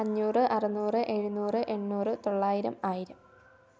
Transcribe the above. അഞ്ഞൂറ് അറുനൂറ് എഴുനൂറ് എണ്ണൂറ് തൊള്ളായിരം ആയിരം